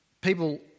People